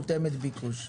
מותאמת ביקוש.